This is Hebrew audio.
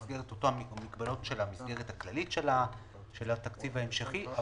במסגרת אותן מגבלות של המסגרת הכללית של התקציב ההמשכי,